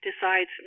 decides